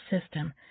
system